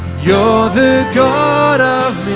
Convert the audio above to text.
yeah ah the god of